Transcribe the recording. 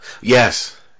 Yes